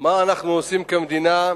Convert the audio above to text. מה אנחנו עושים כמדינה,